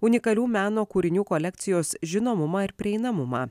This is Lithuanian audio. unikalių meno kūrinių kolekcijos žinomumą ir prieinamumą